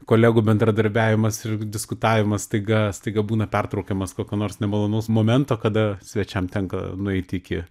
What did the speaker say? kolegų bendradarbiavimas ir diskutavimas staiga staiga būna pertraukiamas kokio nors nemalonaus momento kada svečiam tenka nueiti iki